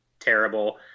terrible